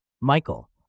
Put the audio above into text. Michael